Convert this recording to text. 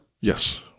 Yes